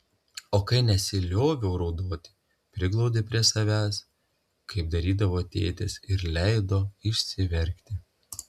o kai nesilioviau raudoti priglaudė prie savęs kaip darydavo tėtis ir leido išsiverkti